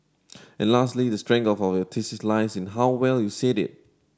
and lastly the strength of your thesis lies in how well you said it